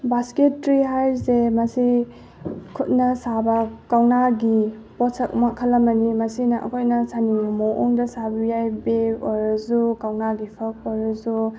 basket tree ꯍꯥꯏꯔꯤꯁꯦ ꯃꯁꯤ ꯈꯨꯠꯅ ꯁꯥꯕ ꯀꯧꯅꯥꯒꯤ ꯄꯣꯠꯁꯛ ꯃꯈꯜ ꯑꯃꯅꯤ ꯃꯁꯤꯅ ꯑꯩꯈꯣꯏꯅ ꯁꯥꯅꯤꯡꯕ ꯃꯑꯣꯡꯗ ꯁꯥꯕ ꯌꯥꯏ ꯕꯦꯛ ꯑꯣꯏꯔꯁꯨ ꯀꯧꯅꯥꯒꯤ ꯐꯛ ꯑꯣꯏꯔꯁꯨ